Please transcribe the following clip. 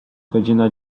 godzina